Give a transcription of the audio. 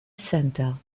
center